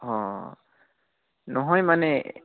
অঁ নহয় মানে